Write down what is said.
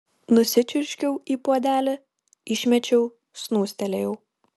nusičiurškiau į puodelį išmečiau snūstelėjau